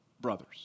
brothers